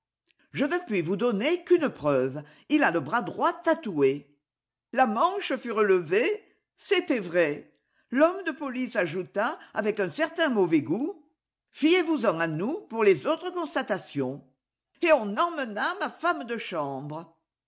je ne puis vous donner qu'une preuve ii a le bras droit tatoué la manche fut relevée c'était vrai l'homme de police ajouta avec un certain mauvais goût fiez vous en à nous pour les autres constatations et on emmena ma femme de chambre